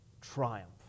triumph